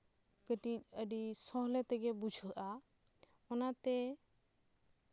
ᱠᱟᱹᱴᱤᱪ ᱟᱹᱰᱤ ᱥᱚᱦᱞᱮ ᱛᱮᱜᱮ ᱵᱩᱡᱷᱟᱹᱜᱼᱟ ᱚᱱᱟᱛᱮ